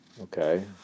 Okay